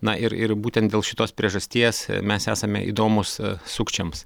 na ir ir būtent dėl šitos priežasties mes esame įdomūs sukčiams